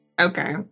okay